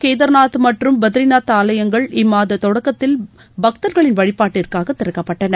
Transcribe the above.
கேதார்நாத் மற்றும் பத்ரிநாத் ஆலயங்கள் இம்மாத தொடக்கத்தில் பக்தர்களின் வழிபாட்டிற்காக திறக்கப்பட்டன